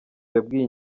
yabwiye